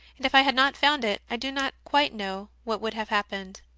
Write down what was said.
and if i had not found it i do not quite know what would have happened.